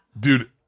Dude